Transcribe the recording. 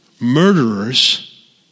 murderers